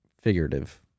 figurative